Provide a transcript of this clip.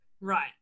Right